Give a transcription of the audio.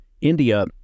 India